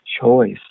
choice